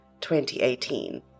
2018